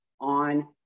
on